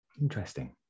Interesting